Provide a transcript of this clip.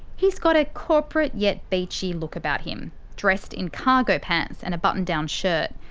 he's got a corporate yet beachy look about him dressed in cargo pants and a buttoned down shirt.